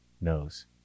knows